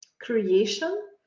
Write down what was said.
creation